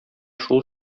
шул